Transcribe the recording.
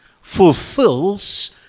fulfills